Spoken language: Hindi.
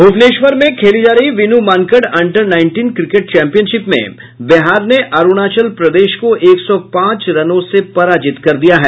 भुवनेश्वर में खेले जा रही Vinoo Mankad under nineteen cricket championship में बिहार ने अरूणाचल प्रदेश को एक सौ पांच रनों से पराजित कर दिया है